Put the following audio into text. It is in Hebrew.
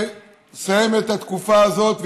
לסיים את התקופה הזאת,